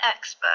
expert